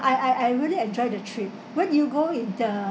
I I I really enjoyed the trip when you go with the